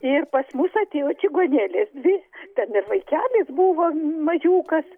ir pas mus atėjo čigonėlės dvi ten ir vaikelis buvo mažiukas